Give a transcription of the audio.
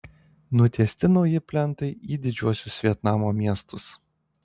nutiesti nauji plentai į didžiuosius vietnamo miestus